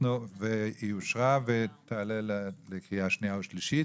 היא אושרה ותעלה לקריאה שנייה ושלישית.